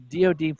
DOD